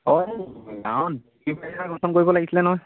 অঁ কৰিব লাগিছিলে নহয়